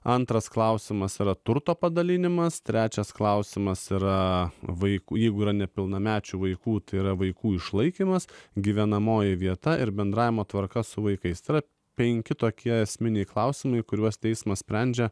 antras klausimas yra turto padalinimas trečias klausimas yra vaikų jeigu yra nepilnamečių vaikų tai yra vaikų išlaikymas gyvenamoji vieta ir bendravimo tvarka su vaikais tad penki tokie esminiai klausimai kuriuos teismas sprendžia